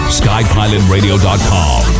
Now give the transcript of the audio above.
skypilotradio.com